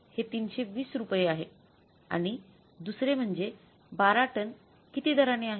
हे 320 रुपये आहे आणि दुसरे म्हणजे १२ टन किती दराने आहे